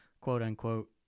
quote-unquote